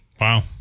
Wow